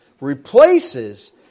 replaces